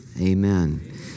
Amen